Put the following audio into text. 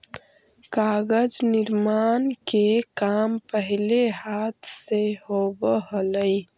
कागज निर्माण के काम पहिले हाथ से होवऽ हलइ